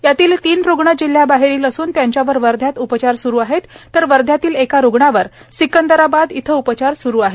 यातील तीन रुग्ण जिल्ह्याबाहेरील असून त्यांच्यावर वध्यात उपचार सुरू आहेत तर वध्यातील एका रुग्णावर सिकंदराबाद येथे उपचार स्रू आहे